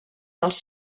dels